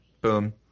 Boom